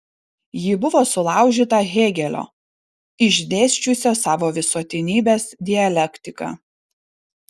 ji buvo sulaužyta hėgelio išdėsčiusio savo visuotinybės dialektiką